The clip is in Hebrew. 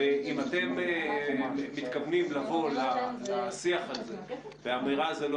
אם אתם מתכוונים לבוא לשיח הזה באמירה "זה לא